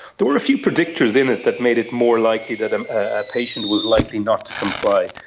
there were a few predictors in it that made it more likely that um a patient was likely not to comply.